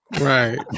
Right